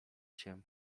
cię